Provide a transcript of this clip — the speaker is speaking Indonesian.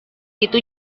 itu